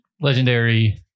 legendary